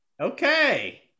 okay